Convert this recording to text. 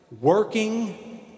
working